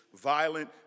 violent